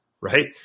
right